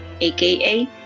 aka